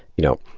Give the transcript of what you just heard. you know,